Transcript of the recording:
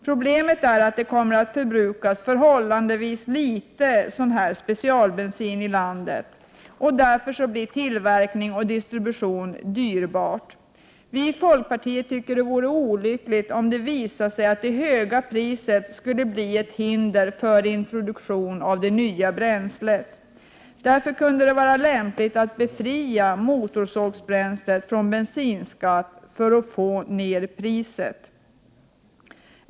Problemet är att det kommer att förbrukas förhållandevis litet sådan här specialbensin i landet och att den därför blir dyr att tillverka och distribuera. Vi i folkpartiet tycker att det vore olyckligt om det visade sig att det höga priset skulle bli ett hinder för introduktion av det nya bränslet. Det kunde därför vara lämpligt att befria motorsågsbränslet från bensinskatt för att få ned priset.